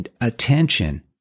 attention